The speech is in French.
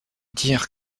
dire